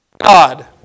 God